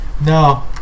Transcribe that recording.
No